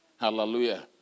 Hallelujah